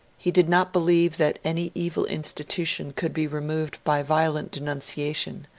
he did not believe that any evil institution could be removed by violent denunciation,